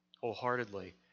wholeheartedly